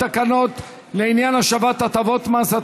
תקנות לעניין השבת הטבות מס),